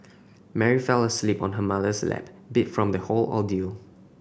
Mary fell asleep on her mother's lap beat from the whole ordeal